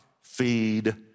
feed